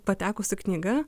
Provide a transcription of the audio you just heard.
patekusi knyga